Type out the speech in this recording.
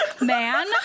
man